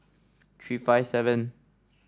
three five seven